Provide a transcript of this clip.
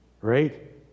right